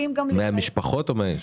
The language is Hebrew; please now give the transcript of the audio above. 100 משפחות או 100 איש?